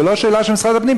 זאת לא שאלה של משרד הפנים,